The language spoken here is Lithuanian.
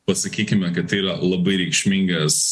pasakykime kad tai yra labai reikšmingas